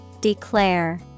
Declare